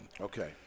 Okay